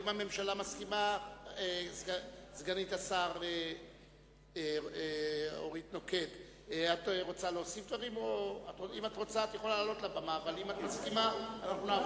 סגנית השר אורית נוקד, האם הממשלה מסכימה?